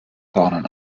dornen